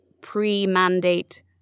pre-mandate